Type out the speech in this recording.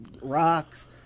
rocks